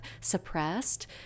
suppressed